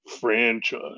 Franchise